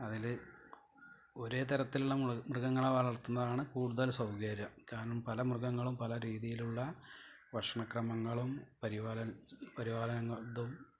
അതിൽ ഒരേതരത്തിലുള്ള മൃഗങ്ങളെ വളർത്തുന്നതാണ് കൂടുതൽ സൗകര്യം കാരണം പല മൃഗങ്ങളും പല രീതിയിലുള്ള ഭക്ഷണക്രമങ്ങളും പരിപാലനം പരിപാലനം ഇതും